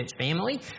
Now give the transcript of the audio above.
family